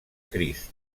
crist